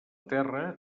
terra